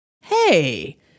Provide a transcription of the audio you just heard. Hey